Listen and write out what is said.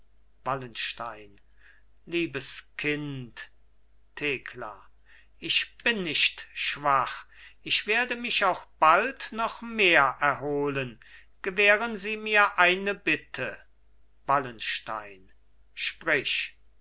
wallenstein liebes kind thekla ich bin nicht schwach ich werde mich auch bald noch mehr erholen gewähren sie mir eine bitte wallenstein sprich